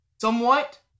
somewhat